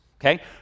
okay